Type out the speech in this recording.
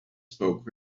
spoke